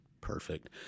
Perfect